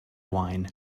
wine